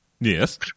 Yes